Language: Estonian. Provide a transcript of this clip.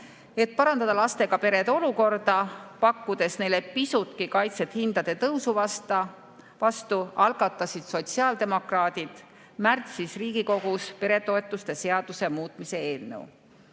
Et parandada lastega perede olukorda, pakkudes neile pisutki kaitset hindade tõusu vastu, algatasid sotsiaaldemokraadid märtsis Riigikogus peretoetuste seaduse muutmise eelnõu.